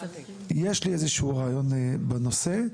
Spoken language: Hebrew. יש לי איזשהו רעיון בנושא,